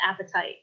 appetite